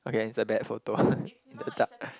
okay it's a bad photo